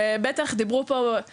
ריבוי של תקציבים.